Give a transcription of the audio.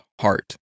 heart